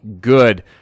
good